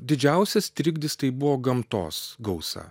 didžiausias trigdis tai buvo gamtos gausa